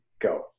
go